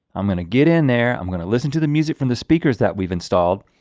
i'm gonna get in there. i'm gonna listen to the music from the speakers that we've installed.